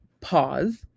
pause